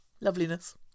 loveliness